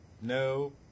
No